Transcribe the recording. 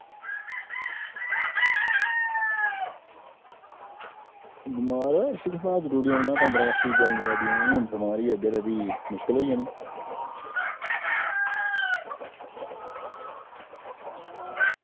बमारर ओह् पंदरां अगस्त दी प्रैक्टिस चला दी ते अगर हून बमार होई जाह्गे ते मुश्कल होई जानी